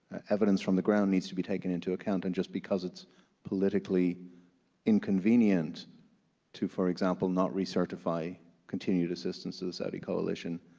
evidence from the ground needs to be taken into account, and just because it's politically inconvenient to for example not re-certify continued assistance to the saudi coalition,